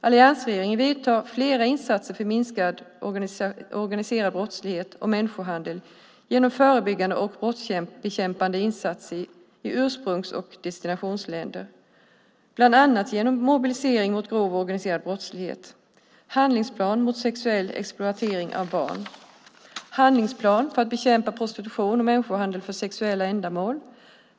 Alliansregeringen vidtar flera insatser för minskad organiserad brottslighet och människohandel genom förebyggande och brottsbekämpande insatser i ursprungs och destinationsländer. Det sker bland annat genom mobilisering mot grov organiserad brottslighet handlingsplan mot sexuell exploatering av barn handlingsplan för att bekämpa prostitution och människohandel för sexuella ändamål.